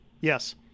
Yes